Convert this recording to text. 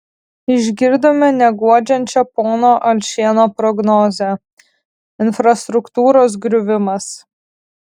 išgirdome neguodžiančią pono alšėno prognozę infrastruktūros griuvimas